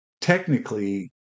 technically